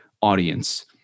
audience